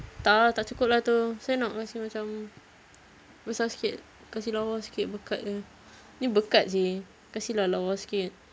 tak ah tak cukup lah tu saya nak kasi macam besar sikit kasi lawa sikit berkat dia ni berkat seh kasi lah lawa sikit